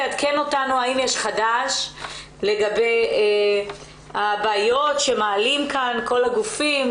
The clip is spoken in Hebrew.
עדכן אותנו האם יש חדש לגבי הבעיות שמעלים כאן כל הגופים,